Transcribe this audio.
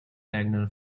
diagonal